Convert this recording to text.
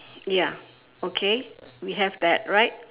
ya okay we have that right